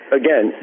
again